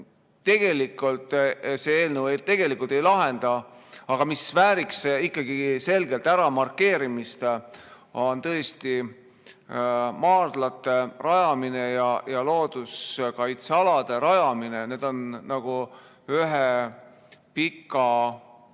mida ka see eelnõu tegelikult ei lahenda, aga mis vääriks ikkagi selgelt äramarkeerimist, on tõesti maardlate rajamine ja looduskaitsealade rajamine. Need on nagu ühe pika